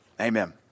Amen